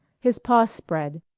his pause spread,